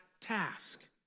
task